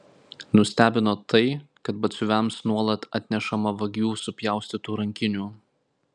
nustebino tai kad batsiuviams nuolat atnešama vagių supjaustytų rankinių